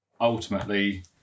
ultimately